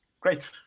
Great